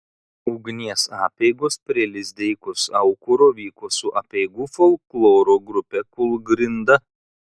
ugnies apeigos prie lizdeikos aukuro vyko su apeigų folkloro grupe kūlgrinda